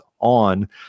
on